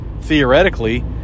theoretically